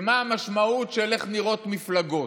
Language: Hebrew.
ומה המשמעות של איך נראות מפלגות.